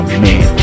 man